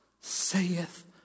saith